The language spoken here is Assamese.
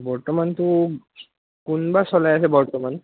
বৰ্তমানটো কোনবা চলাই আছে বৰ্তমান